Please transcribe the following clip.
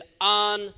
on